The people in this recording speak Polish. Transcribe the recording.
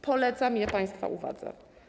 Polecam je państwa uwadze.